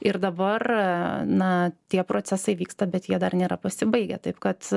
ir dabar na tie procesai vyksta bet jie dar nėra pasibaigę taip kad